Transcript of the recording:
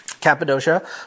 Cappadocia